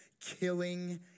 killing